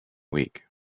week